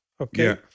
okay